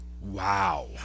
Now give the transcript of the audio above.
Wow